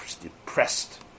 depressed